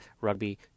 rugby